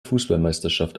fußballmeisterschaft